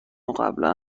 قبلا